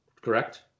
Correct